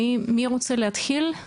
מי רוצה להתחיל?